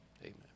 Amen